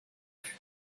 fut